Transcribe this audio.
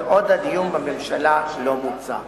כל עוד הדיון בממשלה לא בוצע.